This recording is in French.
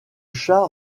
chat